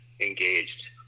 engaged